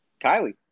Kylie